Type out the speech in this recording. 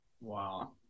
Wow